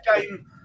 game